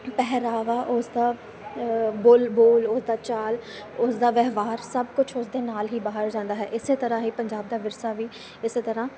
ਪਹਿਰਾਵਾ ਉਸਦਾ ਬੋਲ ਬੋਲ ਉਸਦਾ ਚਾਲ ਉਸਦਾ ਵਿਵਹਾਰ ਸਭ ਕੁਛ ਉਸਦੇ ਨਾਲ ਹੀ ਬਾਹਰ ਜਾਂਦਾ ਹੈ ਇਸ ਤਰ੍ਹਾਂ ਹੀ ਪੰਜਾਬ ਦਾ ਵਿਰਸਾ ਵੀ ਇਸ ਤਰ੍ਹਾਂ